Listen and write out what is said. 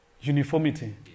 uniformity